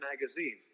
Magazine